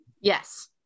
Yes